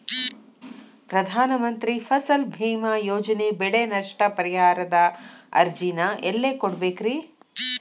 ಪ್ರಧಾನ ಮಂತ್ರಿ ಫಸಲ್ ಭೇಮಾ ಯೋಜನೆ ಬೆಳೆ ನಷ್ಟ ಪರಿಹಾರದ ಅರ್ಜಿನ ಎಲ್ಲೆ ಕೊಡ್ಬೇಕ್ರಿ?